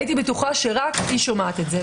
הייתי בטוחה שרק היא שומעת את זה.